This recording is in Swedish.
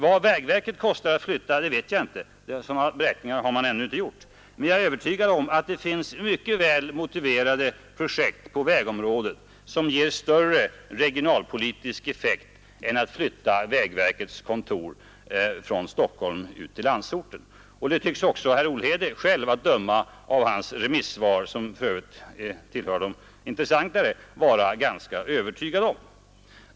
Vad det kostar att flytta vägverket vet jag inte — några sådana beräkningar har man ännu inte gjort — men jag är övertygad om att det finns mycket väl motiverade projekt på vägområdet som ger större regionalpolitisk effekt än att flytta vägverkets kontor från Stockholm till landsorten. Det tycks också herr Olhede själv, att döma av hans remissvar som för övrigt tillhör de intressantare, vara övertygad om.